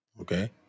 okay